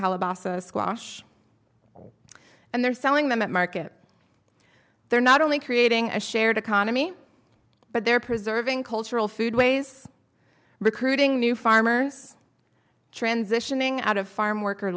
calabasas squash and they're selling them at market they're not only creating a shared economy but they're preserving cultural foodways recruiting new farmers transitioning out of farm worker